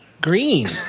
Green